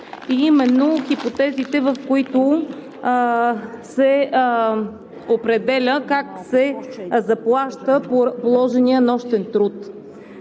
и именно хипотезите, в които се определя как се заплаща положеният нощен труд.